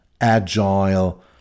agile